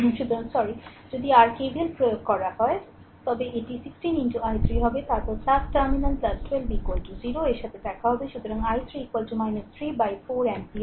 সুতরাং দুঃখিত যদি আর KVL প্রয়োগ করা হয় তবে এটি 16 i3 হবে তারপর টার্মিনাল 12 0 এর সাথে দেখা হবে সুতরাং i3 3 4 অ্যাম্পিয়ার